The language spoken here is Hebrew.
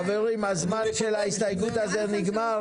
חברים, הזמן של ההסתייגות הזו נגמר.